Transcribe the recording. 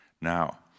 Now